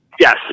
Yes